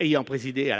ayant présidé à